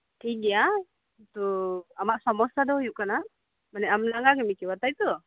ᱴᱷᱤᱠᱜᱮᱭᱟ ᱛᱚ ᱟᱢᱟᱜ ᱥᱚᱢᱚᱥᱟ ᱫᱚ ᱦᱩᱭᱩᱜ ᱠᱟᱱᱟ ᱢᱟᱱᱮ ᱟᱢ ᱞᱟᱸᱜᱟᱜᱤᱢ ᱟᱹᱭᱠᱟᱹᱣᱟ ᱛᱟᱭᱛᱚ